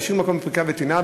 להשאיר מקום לפריקה וטעינה,